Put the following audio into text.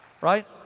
right